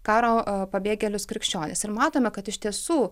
karo pabėgėlius krikščionis ir matome kad iš tiesų